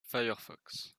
firefox